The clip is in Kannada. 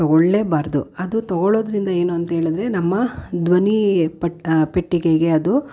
ತೊಗೊಳ್ಳೇಬಾರದು ಅದು ತೊಗೋಳೋದರಿಂದ ಏನು ಅಂತ್ಹೇಳಿದರೆ ನಮ್ಮ ಧ್ವನಿ ಪಟ್ಟ ಪೆಟ್ಟಿಗೆಗೆ ಅದು